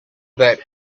that